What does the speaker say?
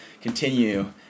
continue